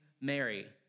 Mary